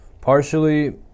partially